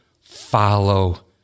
follow